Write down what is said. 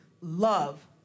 love